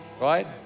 Right